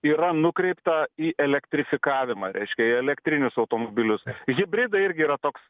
yra nukreipta į elektrifikavimą reiškia į elektrinius automobilius hibridai irgi yra toks